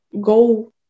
go